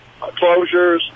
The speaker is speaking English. closures